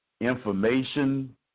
information